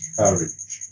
courage